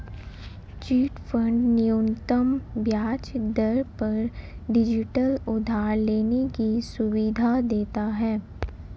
chit fund न्यूनतम ब्याज दर पर डिजिटल उधार लेने की सुविधा देता है